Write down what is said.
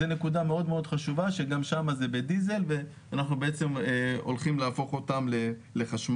זו נקודה מאוד חשובה שגם שם זה בדיזל ואנחנו הולכים להפוך אותם לחשמל.